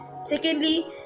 Secondly